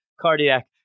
cardiac